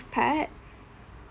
part